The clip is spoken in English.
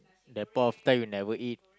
that point of time you never eat